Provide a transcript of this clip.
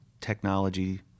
technology